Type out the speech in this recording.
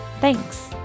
Thanks